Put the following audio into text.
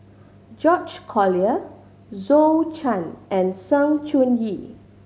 George Collyer Zhou Can and Sng Choon Yee